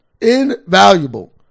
Invaluable